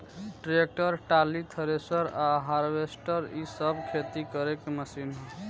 tractor, trolley, thresher आ harvester इ सब खेती करे के मशीन ह